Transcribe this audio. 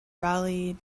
raleigh